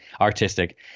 artistic